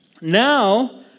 Now